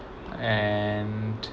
and